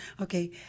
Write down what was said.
Okay